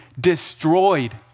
destroyed